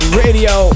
radio